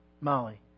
Molly